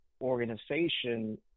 organization